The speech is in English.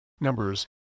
numbers